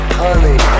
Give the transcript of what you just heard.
honey